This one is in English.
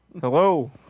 Hello